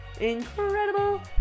incredible